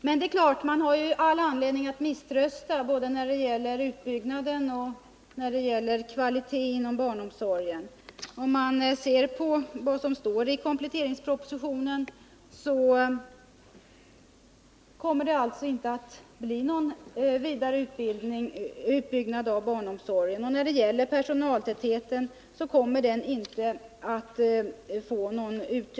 Men det är klart att man har all anledning att misströsta när det gäller barnomsorgen, både i fråga om utbyggnaden och i fråga om kvaliteten. Av kompletteringspropositionen framgår att det inte kommer att bli någon vidare utbyggnad av barnomsorgen. Personaltätheten kommer heller inte att bli bättre.